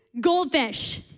goldfish